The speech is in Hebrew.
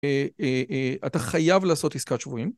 אתה חייב לעשות עסקת שבויים.